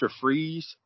freeze